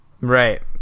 right